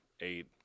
eight